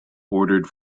ordered